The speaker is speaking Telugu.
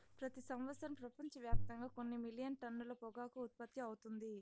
ప్రతి సంవత్సరం ప్రపంచవ్యాప్తంగా కొన్ని మిలియన్ టన్నుల పొగాకు ఉత్పత్తి అవుతుంది